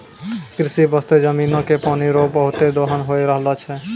कृषि बास्ते जमीनो के पानी रो बहुते दोहन होय रहलो छै